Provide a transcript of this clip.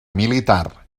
militar